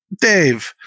Dave